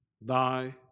thy